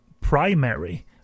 primary